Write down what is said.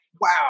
wow